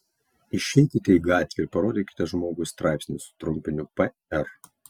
išeikite į gatvę ir parodykite žmogui straipsnį su trumpiniu pr